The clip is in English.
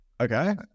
Okay